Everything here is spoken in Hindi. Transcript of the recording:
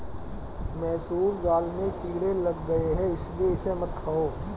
मसूर दाल में कीड़े लग गए है इसलिए इसे मत खाओ